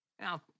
Now